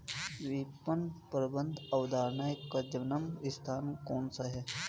विपणन प्रबंध अवधारणा का जन्म स्थान कौन सा है?